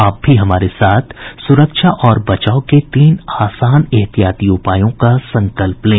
आप भी हमारे साथ सुरक्षा और बचाव के तीन आसान एहतियाती उपायों का संकल्प लें